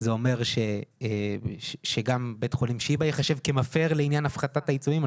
האם זה אומר שגם בית חולים שיבא ייחשב כמפר לעניין הפחתת העיצומים?